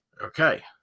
okay